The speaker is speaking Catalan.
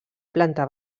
planta